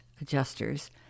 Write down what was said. adjusters